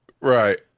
Right